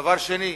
דבר שני,